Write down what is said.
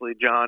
John